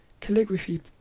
Calligraphy